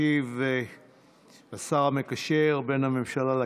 ישיב השר המקשר בין הממשלה לכנסת,